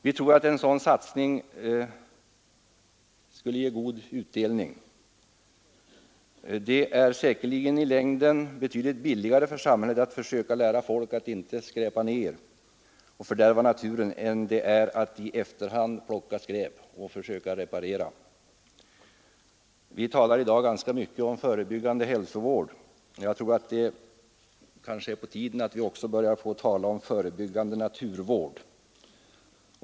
Vi tror att en sådan satsning skulle ge god utdelning. Det är säkerligen i längden betydligt billigare för samhället att försöka lära folk att inte skräpa ned och fördärva naturen än det är att i efterhand plocka skräp eller försöka reparera. Vi talar i dag mycket om förebyggande hälsovård. Jag tror det är på tiden att även börja tala om förebyggande naturvård.